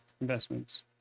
investments